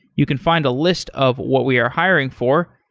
you can find a list of what we are hiring for.